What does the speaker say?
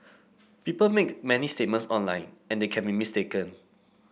people make many statements online and they can be mistaken